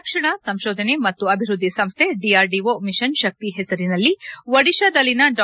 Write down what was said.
ರಕ್ಷಣಾ ಸಂಶೋಧನೆ ಮತ್ತು ಅಭಿವೃದ್ದಿ ಸಂಸ್ದೆ ಡಿಆರ್ಡಿಒ ಮಿಷನ್ ಶಕ್ತಿ ಹೆಸರಿನಲ್ಲಿ ಒಡಿಶಾದಲ್ಲಿನ ಡಾ